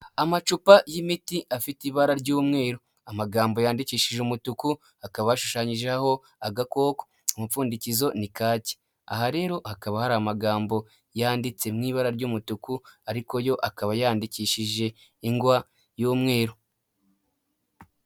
Amacupa y'imiti afite ibara ry'umweru, amagambo yandikishije umutuku, hakaba hashushanyijeho agakoko, umupfundikizo ni kake, aha rero hakaba hari amagambo yanditse mu ibara ry'umutuku, ariko yo akaba yandikishije ingwa y'umweru.